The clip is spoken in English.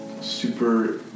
super